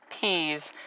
peas